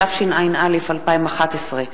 התשע"א 2011,